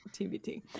TBT